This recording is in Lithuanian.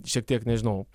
šiek tiek nežinau